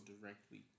directly